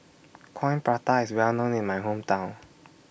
Coin Prata IS Well known in My Hometown